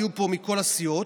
היו פה מכל הסיעות.